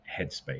headspace